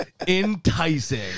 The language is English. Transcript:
Enticing